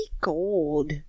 gold